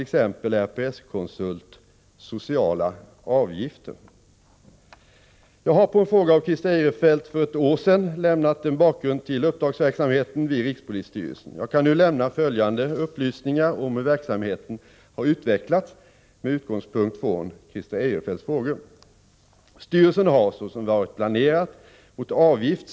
Den principiella frågeställningen huruvida kommersiell verksamhet inom rikspolisstyrelsens ram över huvud taget bör ske låg naturligtvis bakom diskussionen.